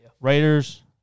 Raiders